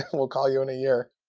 ah we'll call you in a year.